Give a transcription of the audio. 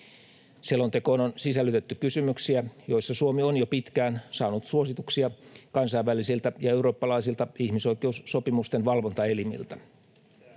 Selontekoon on sisällytetty kysymyksiä, joissa Suomi on jo pitkään saanut suosituksia kansainvälisiltä ja eurooppalaisilta ihmisoikeussopimusten valvontaelimiltä.